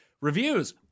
reviews